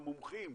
המומחים